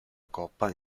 coppa